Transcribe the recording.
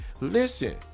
Listen